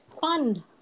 fund